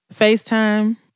FaceTime